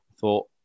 thought